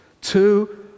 Two